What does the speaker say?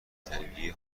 دلتنگی